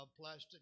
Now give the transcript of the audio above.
Plastic